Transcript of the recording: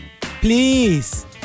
please